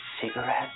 cigarette